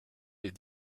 des